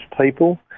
people